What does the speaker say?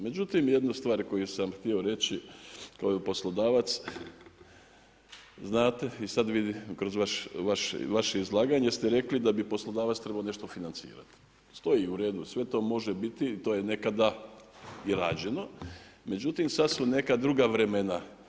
Međutim, jednu stvar koju sam htio reći kao poslodavac, znate i sad … kroz vaše izlaganje ste rekli da bi poslodavac trebao nešto financirati Stoji, uredu, sve to može biti, to je nekada i rađeno, međutim sad su neka druga vremena.